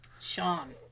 Sean